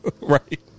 Right